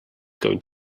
going